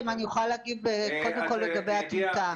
אם אני אוכל להגיב, קודם כול, לגבי הטיוטה.